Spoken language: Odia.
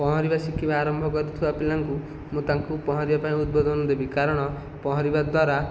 ପହଁରିବା ଶିଖିବା ଆରମ୍ଭ କରିଥିବା ପିଲାଙ୍କୁ ମୁଁ ତାଙ୍କୁ ପହଁରିବା ପାଇଁ ଉଦ୍ବୋଧନ ଦେବି କାରଣ ପହଁରିବା ଦ୍ୱାରା